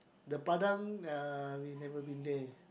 the padang uh we have never been there